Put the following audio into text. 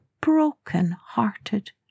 broken-hearted